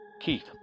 Keith